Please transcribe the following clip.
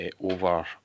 over